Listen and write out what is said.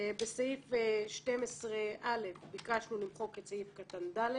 בסעיף 12(א) ביקשנו למחוק את סעיף קטן (ד).